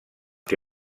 què